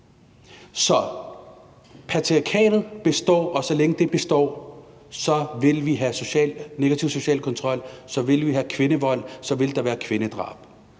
Så patriarkat består, og så længe det består, så vil vi have negativ social kontrol, så vil vi have kvindevold, så vil der være kvindedrab.